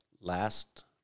last